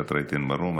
אפרת רייטן מרום,